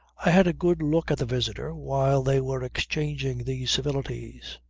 i had a good look at the visitor while they were exchanging these civilities.